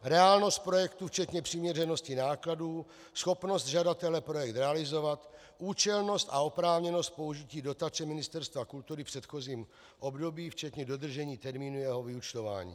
Reálnost projektu včetně přiměřenosti nákladů, schopnost žadatele projekt realizovat, účelnost a oprávněnost použití dotace Ministerstva kultury v předchozím období, včetně dodržení termínu jeho vyúčtování.